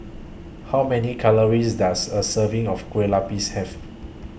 How Many Calories Does A Serving of Kueh Lupis Have